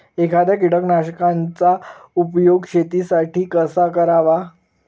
एखाद्या कीटकनाशकांचा उपयोग शेतीसाठी कसा करावा?